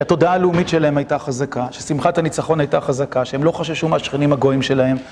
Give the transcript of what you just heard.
התודעה הלאומית שלהם הייתה חזקה, ששמחת הניצחון הייתה חזקה, שהם לא חששו מהשכנים הגויים שלהם.